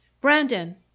Brandon